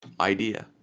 idea